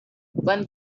one